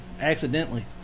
accidentally